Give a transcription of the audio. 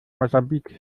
mosambik